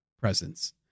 presence